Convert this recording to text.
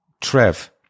Trev